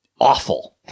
awful